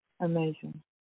amazing